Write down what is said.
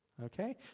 Okay